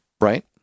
Right